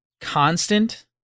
constant